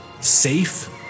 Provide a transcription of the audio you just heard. Safe